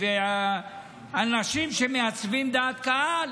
ואנשים שמעצבים דעת קהל,